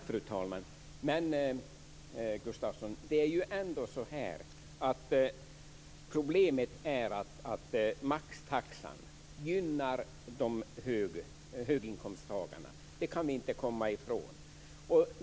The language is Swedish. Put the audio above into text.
Fru talman! Problemet är att maxtaxan gynnar höginkomsttagarna. Det kan vi inte komma ifrån.